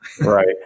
Right